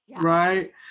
right